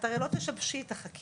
את הרי לא תשבשי את החקירה,